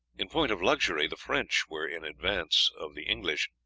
in point of luxury the french were in advance of the english,